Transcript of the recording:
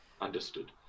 understood